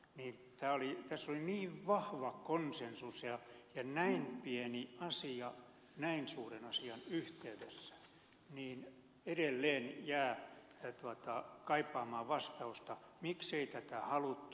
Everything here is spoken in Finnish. kun tässä oli niin vahva konsensus ja tämä on näin pieni asia näin suuren asian yhteydessä niin edelleen jää kaipaamaan vastausta miksei tätä haluttu hoitaa